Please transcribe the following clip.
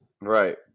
Right